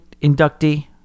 inductee